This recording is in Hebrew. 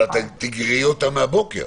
אבל את תגררי אותם מהבוקר.